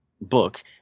book